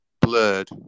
blurred